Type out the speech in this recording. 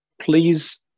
please